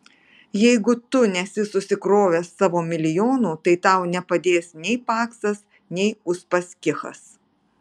jeigu tu nesi susikrovęs savo milijonų tai tau nepadės nei paksas nei uspaskichas